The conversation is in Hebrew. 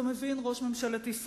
אתה מבין, ראש ממשלת ישראל,